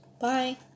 Bye